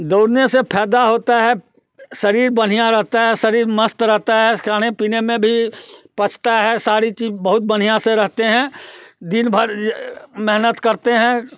दौड़ने से फ़ायदा होता है शरीर बढ़िया रहता है शरीर मस्त रहता है खाने पीने में भी पचता है सारी चीज़ बहुत बढ़िया से रहते हैं दिन भर मेहनत करते हैं